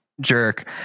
jerk